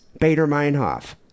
Bader-Meinhof